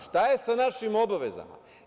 Šta je sa našim obavezama?